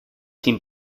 sin